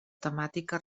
temàtica